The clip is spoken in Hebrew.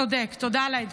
יהוד, צודק, תודה על העדכון.